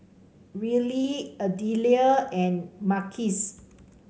Arely Idella and Marquis